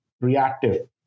reactive